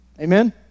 Amen